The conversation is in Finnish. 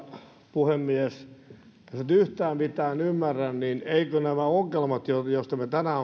puhemies yhtään mitään ymmärrän niin eivätkö nämä ongelmat joista me tänään